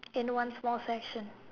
in one small session